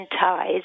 ties